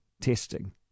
testing